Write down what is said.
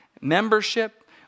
membership